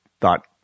thought